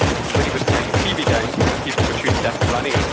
and when he was playing his tv games, people were shooting back and running ah